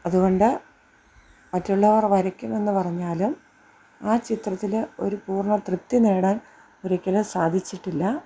അതുകൊണ്ട് മറ്റുള്ളവർ വരയ്ക്കുമെന്ന് പറഞ്ഞാലും ആ ചിത്രത്തിൽ ഒരു പൂർണ്ണ തൃപ്തി നേടാൻ ഒരിക്കലും സാധിച്ചിട്ടില്ല